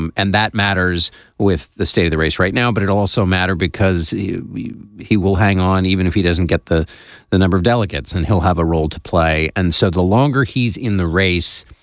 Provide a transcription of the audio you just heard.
and and that matters with the state of the race right now. but it also matter because he he will hang on even if he doesn't get the the number of delegates and he'll have a role to play. and so the longer he's in the race